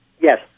Yes